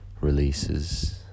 releases